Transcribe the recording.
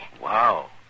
Wow